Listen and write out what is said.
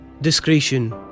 discretion